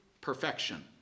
perfection